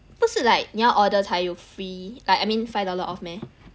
不是 like 你要 order 才有 free like I mean five dollar off meh